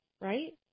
right